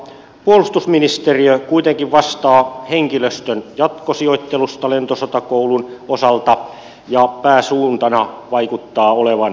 puolustusministeriö kuitenkin vastaa henkilöstön jatkosijoittelusta lentosotakoulun osalta ja pääsuuntana vaikuttaa olevan tikkakoski